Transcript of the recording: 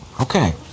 Okay